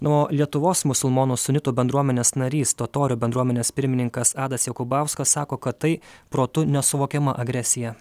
nu lietuvos musulmonų sunitų bendruomenės narys totorių bendruomenės pirmininkas adas jakubauskas sako kad tai protu nesuvokiama agresija